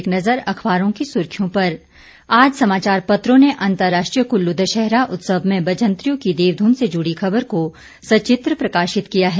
एक नजर अखबारों की सुर्खियों पर आज समाचार पत्रों ने अंतरराष्ट्रीय कुल्लू दशहरा उत्सव में बजंतरियों की देवधुन से जुड़ी खबर को सचित्र प्रकाशित किया है